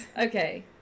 okay